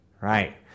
right